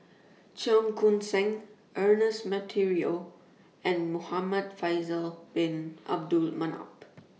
Cheong Koon Seng Ernest Monteiro and Muhamad Faisal Bin Abdul Manap